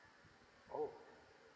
oh